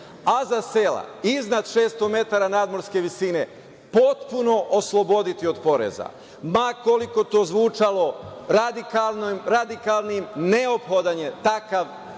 a za sela iznad 600 metara nadmorske visine potpuno osloboditi od poreza, ma koliko to zvučalo radikalnim, neophodan je takav